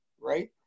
right